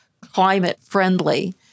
climate-friendly